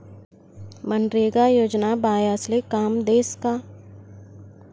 मनरेगा योजना बायास्ले काम देस का?